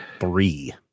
three